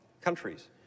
countries